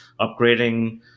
upgrading